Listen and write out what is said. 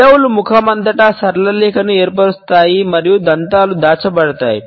పెదవులు ముఖం అంతటా సరళ రేఖను ఏర్పరుస్తాయి మరియు దంతాలు దాచబడతాయి